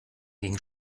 ging